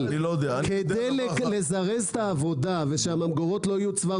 אבל כדי לזרז את העבודה וכדי שהממגורות לא יהיו צוואר